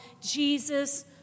Jesus